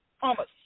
Thomas